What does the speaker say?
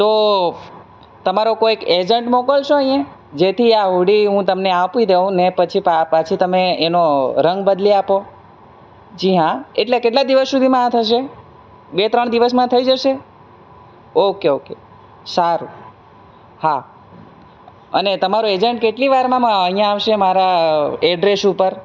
તો તમારો કોઈક એજન્ટ મોકલશો અહીંયા જેથી આ હુડી હું તમને આપી દઉં ને પછી પાછી તમે એનો રંગ બદલી આપો જી હા એટલે કેટલા દિવસ સુધીમાં આ થશે બે ત્રણ દિવસમાં થઈ જશે ઓકે ઓકે સારું હા અને તમારો એજન્ટ કેટલી વારમાં અહીંયા આવશે મારા એડ્રેસ ઉપર